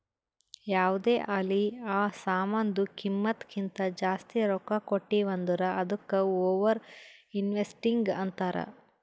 ಯಾವ್ದೇ ಆಲಿ ಆ ಸಾಮಾನ್ದು ಕಿಮ್ಮತ್ ಕಿಂತಾ ಜಾಸ್ತಿ ರೊಕ್ಕಾ ಕೊಟ್ಟಿವ್ ಅಂದುರ್ ಅದ್ದುಕ ಓವರ್ ಇನ್ವೆಸ್ಟಿಂಗ್ ಅಂತಾರ್